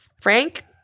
Frank